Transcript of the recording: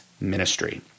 ministry